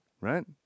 right